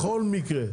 בכל מקרה,